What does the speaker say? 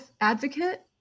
advocate